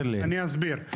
אני אסביר.